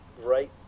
right